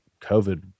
covid